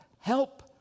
help